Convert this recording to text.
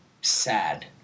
sad